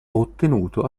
ottenuto